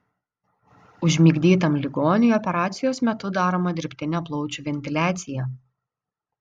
užmigdytam ligoniui operacijos metu daroma dirbtinė plaučių ventiliacija